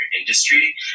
industry